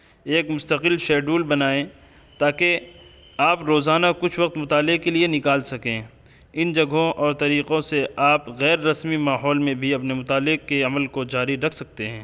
ایک مستقل شیڈول بنائیں تا کہ آپ روزانہ کچھ وقت مطالعے کے لیے نکال سکیں ان جگہوں اور طریقوں سے آپ غیر رسمی ماحول میں بھی اپنے مطالعے کے عمل کو جاری رکھ سکتے ہیں